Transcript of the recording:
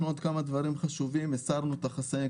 עוד כמה דברים חשובים: הסרנו את החסמים,